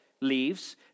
leaves